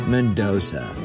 Mendoza